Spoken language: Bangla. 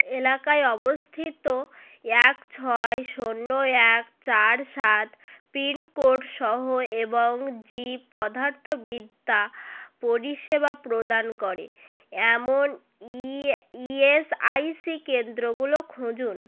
এলাকায় অবস্থিত এক ছয় শূন্য এক চার সাত পিন কোড সহ এবং জীবপদার্থবিদ্যা পরিষেবা প্রদান করে এমন ই ইএসআইসি কেন্দ্রগুলো খুঁজুন